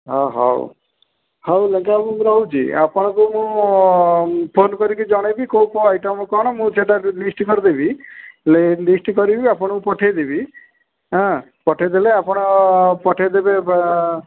ହ ହଉ ହଉ ଲେଙ୍କା ବାବୁ ମୁଁ ରହୁଛି ଆପଣଙ୍କୁ ମୁଁ ଫୋନ୍ କରିକି ଜଣାଇବି କେଉଁ କେଉଁ ଆଇଟମ୍ କ'ଣ ମୁଁ ସେଇଟା ଲିଷ୍ଟ୍ କରିଦେବି ଲିଷ୍ଟ୍ କରିବି ଆପଣଙ୍କୁ ପଠାଇ ଦେବି ହଁ ପଠାଇ ଦେଲେ ଆପଣ ପଠାଇ ଦେବେ ବା